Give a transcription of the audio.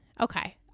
Okay